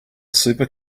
super